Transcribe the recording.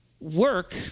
work